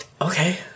Okay